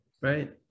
right